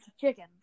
chicken